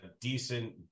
decent